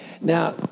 Now